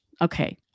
okay